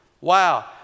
Wow